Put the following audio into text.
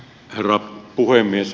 herra puhemies